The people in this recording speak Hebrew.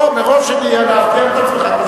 לא, מראש, כדי להבטיח את עצמך.